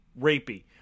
rapey